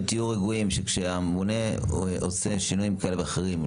תהיו רגועים שכשהממונה עושה שינויים כאלה ואחרים,